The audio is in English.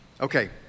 Okay